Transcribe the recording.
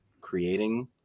creating